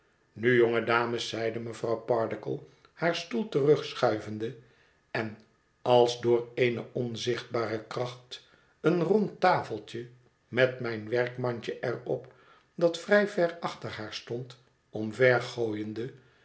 nu jonge dames zeide mevrouw pardiggle haar stoel terugschuivende en als door eene onzichtbare kracht een rond tafeltje met mijn werkmandje er op dat vrij ver achter haar stond omvergooiende